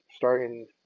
starting